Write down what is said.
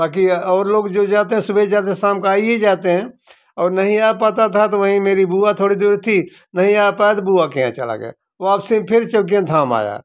बाकी और लोग जो जाते थे सुबह जाते शाम को आ ही जाते हैं और नहीं आ पता था तो वहीं मेरी बुआ थोड़ी दूर थी नहीं आ पाया तो बुआ के यहाँ चला गया वापसी फिर चौकिया धाम आया